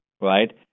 Right